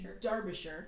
Derbyshire